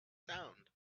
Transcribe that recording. sound